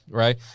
right